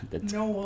No